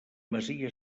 masia